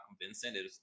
convincing